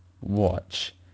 watch